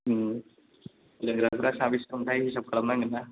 लोंग्राफ्रा साबैसे दंथाय हिसाब खालामनांगोन ना